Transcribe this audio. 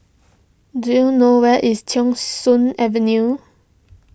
do you know where is Thong Soon Avenue